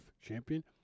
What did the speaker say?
champion